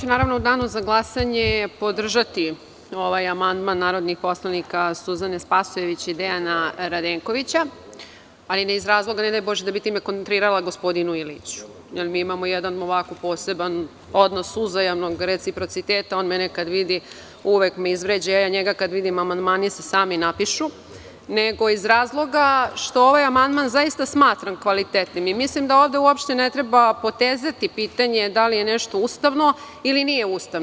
U danu za glasanje podržaću ovaj amandman narodnih poslanika Suzane Spasojević i Dejana Radenkovića, ali ne iz razloga da bih time kontrirala gospodinu Iliću, jer mi imamo jedan poseban odnos uzajamnog reciprociteta - on mene kada vidi uvek me izvređa, a ja njega kada vidim amandmani se sami napišu, nego iz razloga što ovaj amandman zaista smatram kvalitetnim i mislim da ovde uopšte ne treba potezati pitanje da li je nešto ustavno ili nije ustavno.